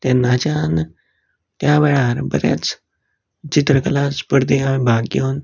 तेन्नाच्यान त्या वेळार बरेंच चित्रकला स्पर्धेंत हांवे भाग घेवन